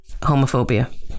homophobia